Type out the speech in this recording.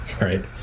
right